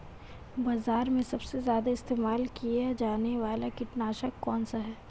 बाज़ार में सबसे ज़्यादा इस्तेमाल किया जाने वाला कीटनाशक कौनसा है?